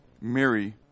Mary